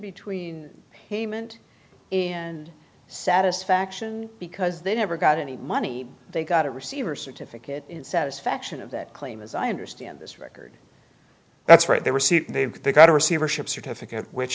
between payment and satisfaction because they never got any money they got a receiver certificate satisfaction of that claim as i understand this record that's right they received they've got a receivership certificate which